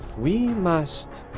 we must.